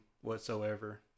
whatsoever